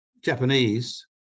Japanese